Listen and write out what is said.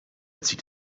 zieht